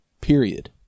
Period